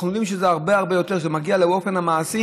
אנחנו יודעים שעליות המחירים הן הרבה הרבה יותר באופן מעשי.